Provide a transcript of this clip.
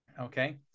okay